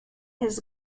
his